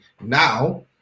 Now